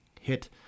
hit